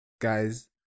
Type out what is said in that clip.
guys